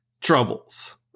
troubles